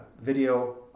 video